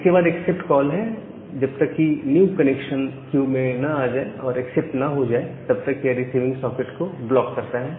इसके बाद accept call है जब तक की एक न्यू कनेक्शन कनेक्शन क्यू में ना आ जाए और एक्सेप्ट ना हो जाए तब तक यह रिसीविंग सॉकेट को ब्लॉक करता है